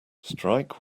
strike